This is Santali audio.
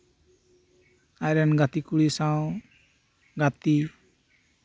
ᱟᱡᱨᱮᱱ ᱜᱟᱛᱮ ᱠᱩᱲᱤ ᱥᱟᱶ ᱜᱟᱛᱮ ᱠᱩᱲᱤ ᱥᱟᱶ ᱜᱟᱛᱤ ᱛᱟᱨᱯᱚᱨ